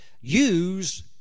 use